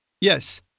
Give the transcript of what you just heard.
Yes